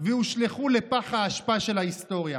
והושלכו לפח האשפה של ההיסטוריה.